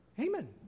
Amen